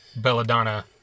Belladonna